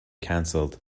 cancelled